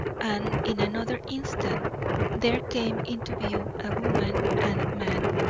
and in another instant there came into view a woman and man,